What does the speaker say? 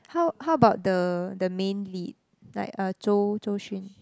how how about the the main lead like uh Zhou Zhou-Xun